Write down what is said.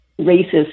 racist